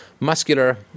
Muscular